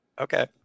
Okay